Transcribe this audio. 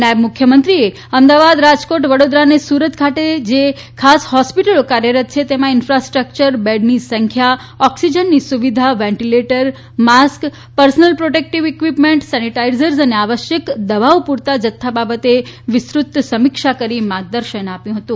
નાયબ મુખ્યમંત્રીએ અમદાવાદ રાજકોટ વડોદરા અને સુરત ખાતે જે ખાસ હોસિટલો કાર્યરત છે તેમાં ઇન્ફાસ્ટ્રકચર બેડની સંખ્યા ઓકસીજનની સુવિધા વેન્ટીલેટર માસ્ક ી ીઇ સંનલ પ્રોટેકટ ઇકવી મેન્ટ સેનીટાઇઝર્સ અને આવશ્યક દવાઓ પુરતા જથ્થા બાબતે વિસ્તૃત સમીક્ષા કરી માર્ગદર્શન આપ્યું હતું